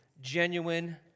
genuine